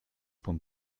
vom